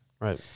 Right